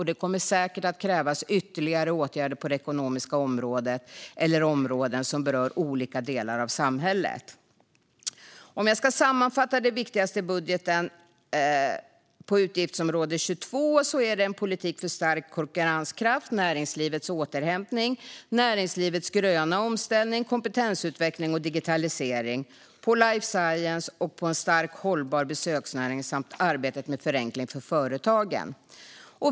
Det kommer säkert att krävas ytterligare åtgärder på det ekonomiska området och områden som berör olika delar av samhället. För att sammanfatta det viktigaste i budgeten på utgiftsområde 24: Det är en politik för stärkt konkurrenskraft, näringslivets återhämtning, näringslivets gröna omställning, kompetensutveckling, digitalisering, life science, en stark och hållbar besöksnäring samt arbetet med förenkling för företagen.